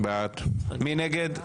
מי נגד?